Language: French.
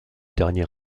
dernier